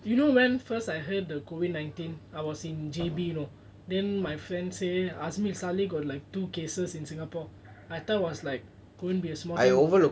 you know when first I heard the COVID nineteen I was in J_B you know then my friends say me ask me suddenly got like two cases in singapore I thought was like couldn't be a small thing